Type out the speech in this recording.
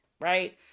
right